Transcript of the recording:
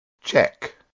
check